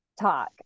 talk